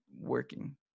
working